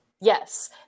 yes